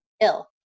ill